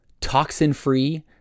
toxin-free